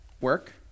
work